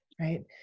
right